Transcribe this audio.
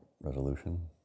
resolution